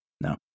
No